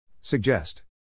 suggest